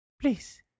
please